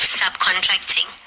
subcontracting